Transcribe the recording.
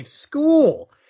school